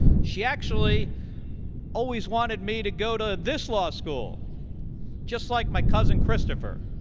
she actually always wanted me to go to this law school just like my cousin christopher.